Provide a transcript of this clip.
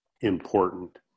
important